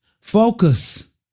focus